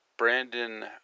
Brandon